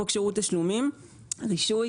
חוק שירות תשלומים (רישוי),